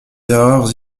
erreurs